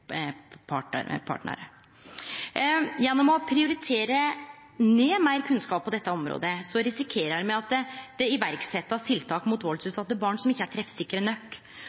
Gjennom å prioritere ned meir kunnskap på dette området, risikerer me at det blir sett i verk tiltak mot valdsutsette barn som ikkje er treffsikre nok,